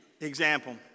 Example